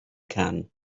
can